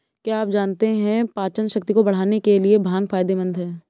क्या आप जानते है पाचनशक्ति को बढ़ाने के लिए भांग फायदेमंद है?